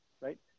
right